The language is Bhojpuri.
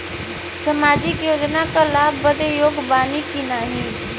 सामाजिक योजना क लाभ बदे योग्य बानी की नाही?